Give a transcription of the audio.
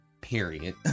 period